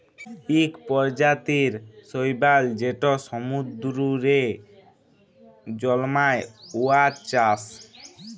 ইক পরজাতির শৈবাল যেট সমুদ্দুরে জল্মায়, উয়ার চাষ